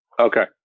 Okay